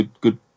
Good